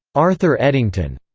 arthur eddington,